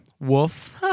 wolf